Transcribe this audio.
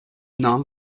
نام